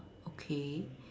okay